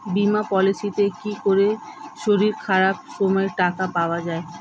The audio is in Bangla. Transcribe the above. বীমা পলিসিতে কি করে শরীর খারাপ সময় টাকা পাওয়া যায়?